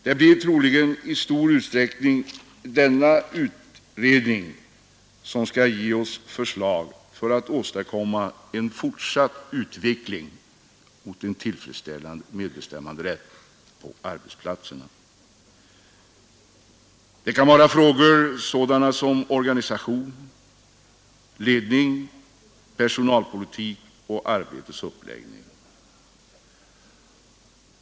Det blir troligen i stor utsträckning denna utredning som skall ge oss betydelsefulla förslag för att åstadkomma en snabbare utveckling mot en tillfredsställande medbestämmanderätt på arbetsplatserna, i frågor sådana som organisation och ledning, pPersonalpolitik och arbetets uppläggning.